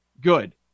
Good